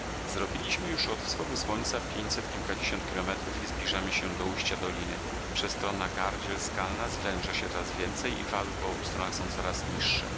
zrobiliśmy już od wschodu słońca pięćset kilkadziesiąt kilometrów i zbliżamy się do ujścia doliny przestronaprzestronna gardziel skalna zwęża się coraz więcej i wały po obu stronach są coraz niższe